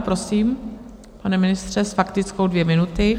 Prosím, pane ministře, s faktickou dvě minuty.